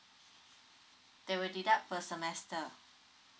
they will deduct per semester